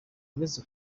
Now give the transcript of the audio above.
uretse